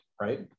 right